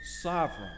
sovereign